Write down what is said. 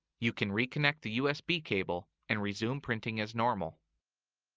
you can reconnect the usb cable and resume printing as normal.